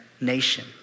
nation